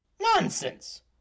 Nonsense